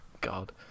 God